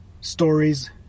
stories